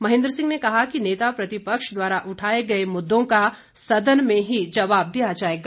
महेंद्र सिंह ने कहा कि नेता प्रतिपक्ष द्वारा उठाए गए मुद्दों का सदन में ही जवाब दिया जाएगा